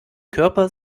körper